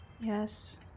Yes